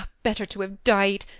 better to have died,